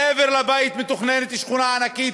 מעבר לבית מתוכננת שכונה ענקית,